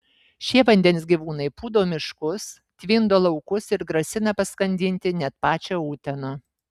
šie vandens gyvūnai pūdo miškus tvindo laukus ir grasina paskandinti net pačią uteną